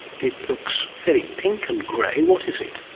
it it looks fairly pink and grey. what is it?